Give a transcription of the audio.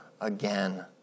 again